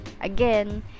Again